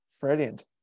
Brilliant